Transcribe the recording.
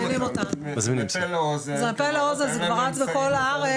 מזמינים אותנו, זה מפה לאוזן, זה כבר רץ בכל הארץ.